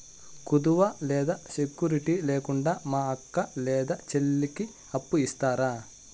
కుదువ లేదా సెక్యూరిటి లేకుండా మా అక్క లేదా చెల్లికి అప్పు ఇస్తారా?